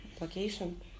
location